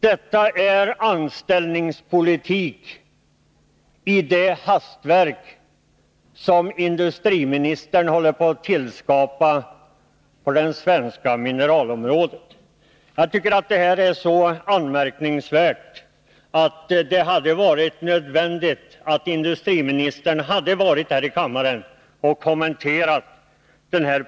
Detta är anställningspolitik i det hastverk som industriministern håller på att skapa på det svenska mineralområdet. Det är ett så anmärkningsvärt förfarande att industriministern borde ha varit här i kammaren och kommenterat det.